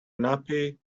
nappy